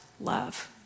love